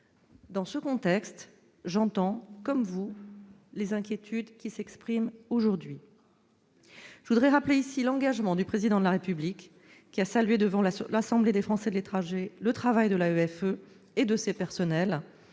Dans ce contexte, j'entends, comme vous, les inquiétudes qui s'expriment aujourd'hui. Je voudrais rappeler ici l'engagement du Président de la République, qui a salué, devant l'Assemblée des Français de l'étranger, le travail de l'AEFE et de ses personnels